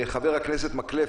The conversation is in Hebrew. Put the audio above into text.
חבר הכנסת מקלב,